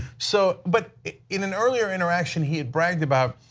so but in an earlier interaction he and bragged about,